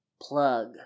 plug